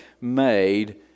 made